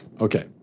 Okay